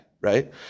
right